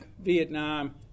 Vietnam